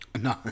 No